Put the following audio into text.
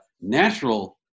natural